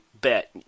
bet